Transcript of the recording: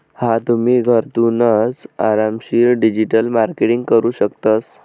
हा तुम्ही, घरथूनच आरामशीर डिजिटल मार्केटिंग करू शकतस